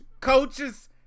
Coaches